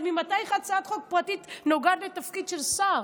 ממתי הצעת חוק פרטית נוגעת לתפקיד של שר?